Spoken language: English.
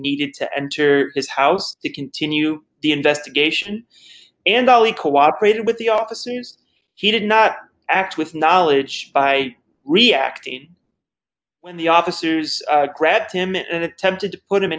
needed to enter his house to continue the investigation and ali cooperated with the officers he did not act with knowledge by reacting when the officers grabbed him and attempted to put him in